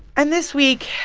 and this week,